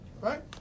right